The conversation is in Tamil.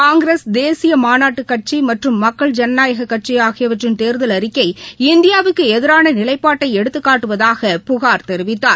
காங்கிரஸ் தேசிய மாநாட்டு கட்சி மற்றம் மக்கள் ஜனநாயக கட்சி ஆகியவற்றின் தேர்தல் அறிக்கை இந்தியாவிற்கு எதிரான நிலைப்பாட்டை எடுத்துக் காட்டுவதாக புகார் தெரிவித்தார்